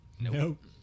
Nope